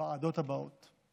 בוועדות האלה: